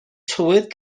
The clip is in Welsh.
tywydd